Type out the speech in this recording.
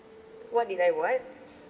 what did I what